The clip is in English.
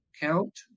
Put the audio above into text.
count